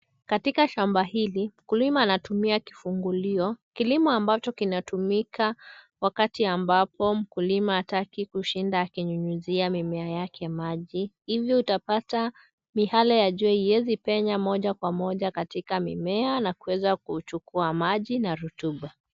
Katika shamba hili, mkulima anatumia kivungulio. Kilimo ambacho kinatumika wakati ambapo mkulima hataki kushinda akinyunyizia mimea yake maji, hivyo utapata miale ya jua hiwezi penya moja kwa moja katika mmea na kuweza kuchukua maji na rutuba.